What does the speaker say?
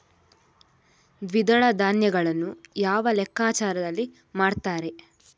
ದ್ವಿದಳ ಧಾನ್ಯಗಳನ್ನು ಯಾವ ಲೆಕ್ಕಾಚಾರದಲ್ಲಿ ಮಾರ್ತಾರೆ?